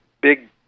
big